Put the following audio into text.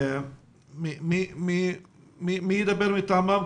מי ידבר מטעמם?